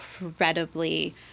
incredibly